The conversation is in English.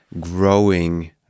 growing